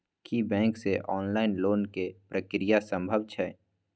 की bank से online loan के प्रक्रिया संभव छै?